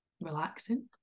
relaxing